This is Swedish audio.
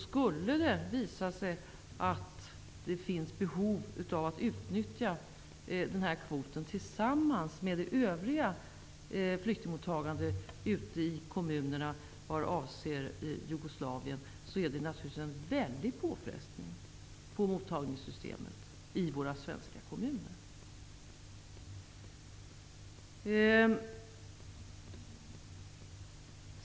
Skulle det visa sig att det finns ett behov av att utnyttja denna kvot tillsammans med det övriga flyktingmottagandet ute i kommunerna vad avser Jugoslavien, innebär det naturligtvis en stor påfrestning på mottagningssystemet i våra svenska kommuner.